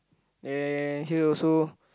yeah and here also